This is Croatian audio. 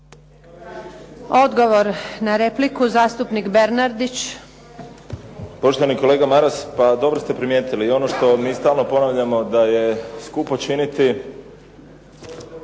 Odgovor na repliku, zastupnica Neda Klarić.